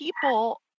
people